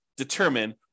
determine